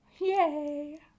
Yay